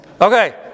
Okay